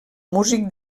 músic